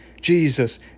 Jesus